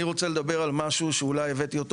אני רוצה לדבר על משהו שאולי הבאתי אותו